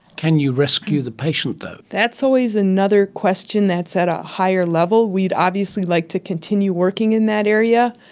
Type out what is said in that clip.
can you rescue the patient though? that's always another question that's at a higher level. we would obviously like to continue working in that area.